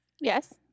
Yes